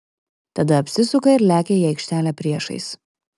tada apsisuka ir lekia į aikštelę priešais